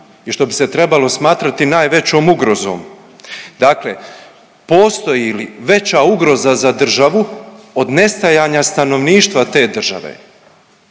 i što bi se trebalo smatrati najvećom ugrozom. Dakle postoji li veća ugroza za državu od nestajanja stanovništva te države.